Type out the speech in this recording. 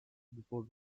before